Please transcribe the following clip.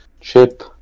Chip